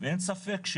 ואין ספק,